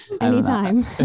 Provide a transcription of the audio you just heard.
Anytime